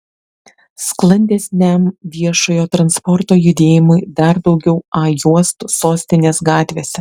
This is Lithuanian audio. sklandesniam viešojo transporto judėjimui dar daugiau a juostų sostinės gatvėse